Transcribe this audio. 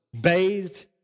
bathed